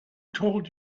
told